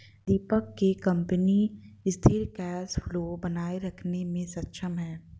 दीपक के कंपनी सिथिर cash flow बनाए रखने मे सक्षम है